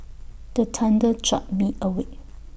the thunder jolt me awake